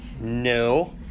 no